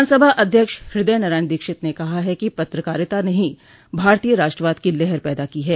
विधानसभा अध्यक्ष हृदय नारायण दीक्षित ने कहा है कि पत्रकारिता ने ही भारतीय राष्ट्रवाद की लहर पैदा की है